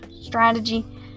strategy